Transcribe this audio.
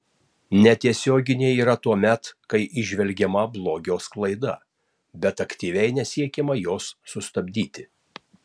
netiesioginė yra tuomet kai įžvelgiama blogio sklaida bet aktyviai nesiekiama jos sustabdyti